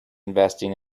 investing